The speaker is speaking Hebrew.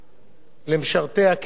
למשרתי הקבע בצה"ל.